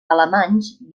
alemanys